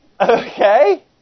Okay